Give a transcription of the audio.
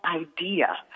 idea